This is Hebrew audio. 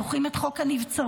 זוכרים את חוק הנבצרות?